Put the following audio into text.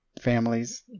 families